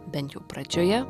bent jau pradžioje